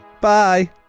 Bye